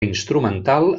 instrumental